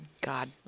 God